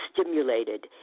stimulated